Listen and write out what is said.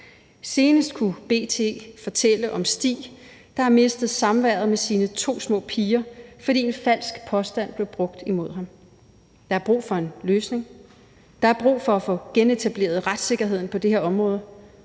Senest kunne B.T. fortælle om Stig, der har mistet samværet med sine to små piger, fordi en falsk påstand blev brugt imod ham. Der er brug for en løsning. Der er brug for at få genetableret retssikkerheden på det her område,